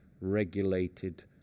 regulated